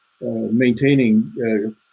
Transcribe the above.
maintaining